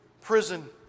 prison